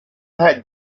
had